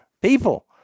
People